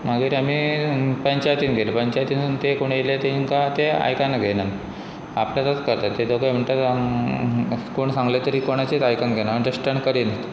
मागीर आमी पंचायतीन गेले पंचायतीन ते कोण येयले तांकां ते आयकाना घेयन आपल्यातच करतात ते दोगां म्हणटा कोण सांगले तरी कोणाचीच आयकना घेना अंडरस्टेंण्ड करीन